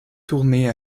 tournées